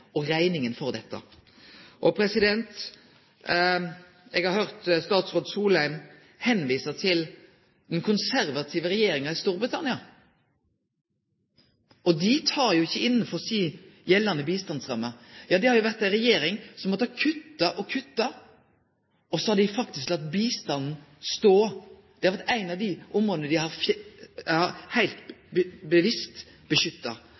og rekninga for dette. Eg har høyrt statsråd Solheim vise til den konservative regjeringa i Storbritannia. Dei tek ikkje dette innanfor si gjeldande bistandsramme. Det har vore ei regjering som har måtta kutte og kutte – og så har dei faktisk latt bistanden stå. Det har vore eitt av dei områda dei heilt bevisst har